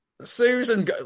susan